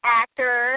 actor